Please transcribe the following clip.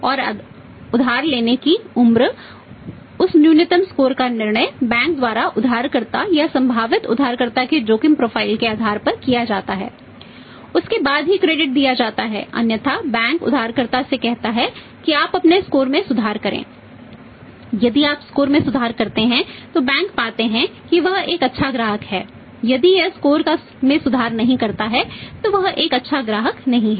और उधार लेने की उम्र उस न्यूनतम स्कोर में सुधार नहीं करता है तो वह एक अच्छा ग्राहक नहीं है